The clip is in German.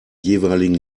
jeweiligen